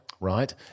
Right